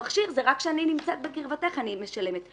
המכשיר הוא רק כשאני נמצאת בקרבתך אני משלמת.